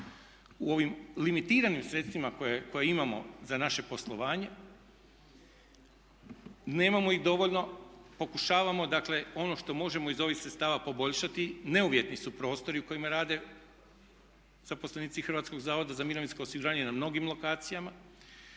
u ovim limitiranim sredstvima koja imamo za naše poslovanje, nemamo ih dovoljno. Pokušavamo dakle ono što možemo iz ovih sredstava poboljšati. Neuvjetni su prostori u kojima rade zaposlenici HZMO-a na mnogim lokacijama.